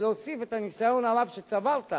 ולהוסיף את הניסיון הרב שצברת